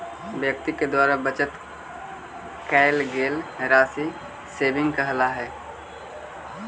व्यक्ति के द्वारा बचत कैल गेल राशि सेविंग कहलावऽ हई